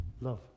love